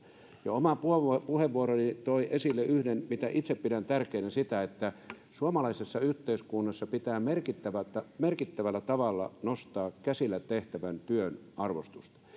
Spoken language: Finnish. oma puheenvuoroni toi esille yhden asian mitä itse pidän tärkeänä että suomalaisessa yhteiskunnassa pitää merkittävällä tavalla nostaa käsillä tehtävän työn arvostusta